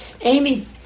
Amy